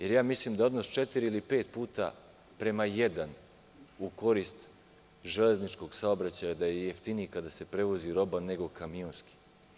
Ja mislim da je odnos četiri ili pet puta prema jedan u korist železničkog saobraćaja, da je jeftiniji kada se prevozi roba nego kamionski?